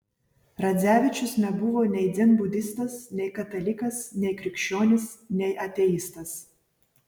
radzevičius nebuvo nei dzenbudistas nei katalikas nei krikščionis nei ateistas